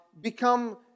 become